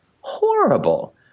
Horrible